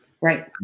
Right